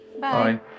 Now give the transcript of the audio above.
Bye